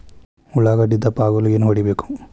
ಉಳ್ಳಾಗಡ್ಡೆ ದಪ್ಪ ಆಗಲು ಏನು ಹೊಡಿಬೇಕು?